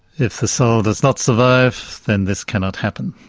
if the soul does not survive, then this cannot happen,